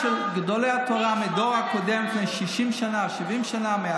מי ישמור עליך?